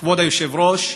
כבוד היושב-ראש,